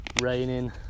raining